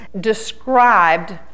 described